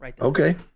Okay